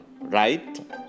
right